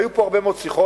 היו פה הרבה מאוד שיחות,